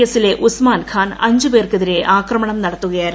S ലെ ഉസ്മാൻഖാൻ അഞ്ച് ട്രൂപേർക്കെതിരെ ആക്രമണം നടത്തുകയായിരുന്നു